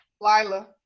Lila